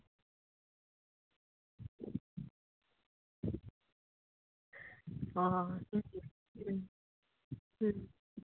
ᱚ ᱦᱩᱸ